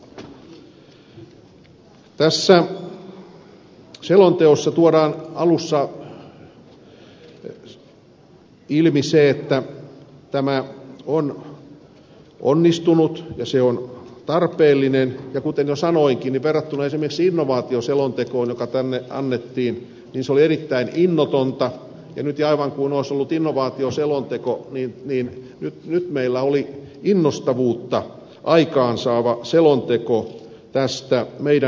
tässä selonteossa tuodaan alussa ilmi se että tämä on onnistunut ja se on tarpeellinen ja kuten jo sanoinkin niin verrattuna esimerkiksi innovaatioselontekoon joka tänne annettiin se oli erittäin innotonta nyt aivan kuin olisi ollut innovaatioselonteko meillä oli innostavuutta aikaansaava selonteko näistä meidän luonnonvaroista